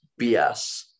BS